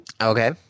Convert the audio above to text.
Okay